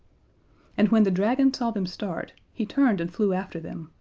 and when the dragon saw them start, he turned and flew after them,